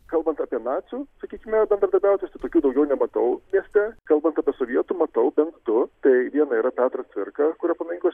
kalbant apie nacių sakykime bendradarbiautojus tai tokių daugiau nematau mieste kalbant apie sovietų matau bent du tai viena yra petras cvirka kurio paminklas